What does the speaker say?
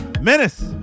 menace